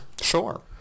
Sure